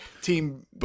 Team